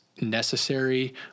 necessary